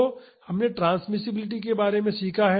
तो हमने ट्रांसमिसिबिलिटी के बारे में सीखा है